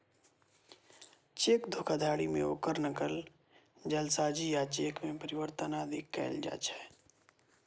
cheque धोखाधड़ी मे ओकर नकल, जालसाजी आ चेक मे परिवर्तन आदि कैल जाइ छै